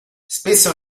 spesso